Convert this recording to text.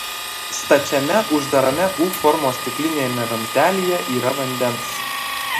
stačiame uždarame u formos stikliniame vamzdelyje yra vandens